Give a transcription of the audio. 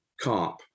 comp